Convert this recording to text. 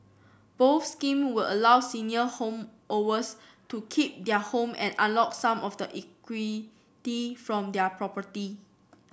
both scheme would allow senior to keep their home and unlock some of the equity from their property